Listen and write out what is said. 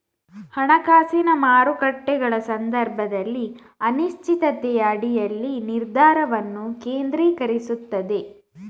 ಹಣಕಾಸಿನ ಮಾರುಕಟ್ಟೆಗಳ ಸಂದರ್ಭದಲ್ಲಿ ಅನಿಶ್ಚಿತತೆಯ ಅಡಿಯಲ್ಲಿ ನಿರ್ಧಾರವನ್ನು ಕೇಂದ್ರೀಕರಿಸುತ್ತದೆ